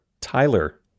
Tyler